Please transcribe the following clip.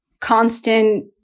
constant